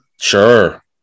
sure